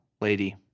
lady